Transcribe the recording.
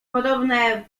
podobne